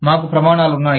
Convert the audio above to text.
మాకు ప్రమాణాలు ఉన్నాయి